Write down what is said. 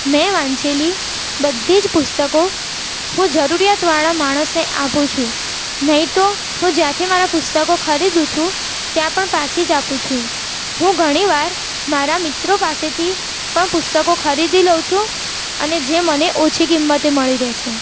મેં વાંચેલી બધી જ પુસ્તકો હું જરૂરિયાતવાળા માણસને આપું છું નહીં તો હું જે જ્યાંથી મારા પુસ્તકો ખરીદું છું ત્યાં પણ પાછી જ આપું છું હું ઘણીવાર મારા મિત્રો પાસેથી પણ પુસ્તકો ખરીદી લઉં છું અને જે મને ઓછી કિંમતે મળી રહે છે